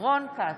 רון כץ,